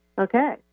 Okay